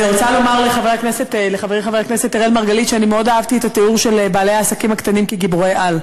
שאני מאוד אהבתי את התיאור של בעלי העסקים הקטנים כגיבורי-על.